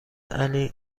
علی